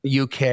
UK